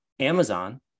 Amazon